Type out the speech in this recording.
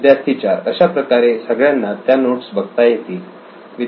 विद्यार्थी 4 अशाप्रकारे सगळ्यांना त्या नोट्स बघता येतील